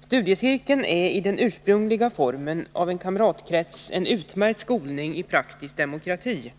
Studiecirkeln är i den ursprungliga formen av en kamratkrets en utmärkt skolning i praktisk demokrati.